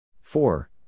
Four